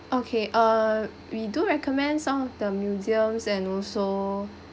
okay err we do recommend some of the museums and also